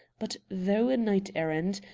but, though a knight-errant,